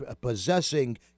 possessing